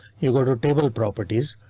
you go to table properties.